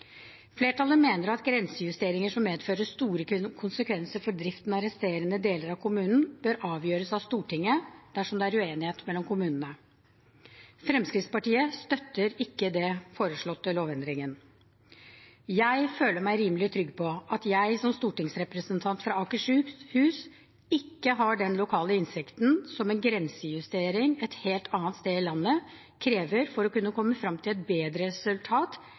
Flertallet mener at grensejusteringer som får store konsekvenser for driften av resterende deler av kommunen, bør avgjøres av Stortinget dersom det er uenighet mellom kommunene. Fremskrittspartiet støtter ikke den foreslåtte lovendringen. Jeg føler meg rimelig trygg på at jeg som stortingsrepresentant fra Akershus ikke har den lokale innsikten som en grensejustering et helt annet sted i landet krever for å kunne komme frem til et bedre resultat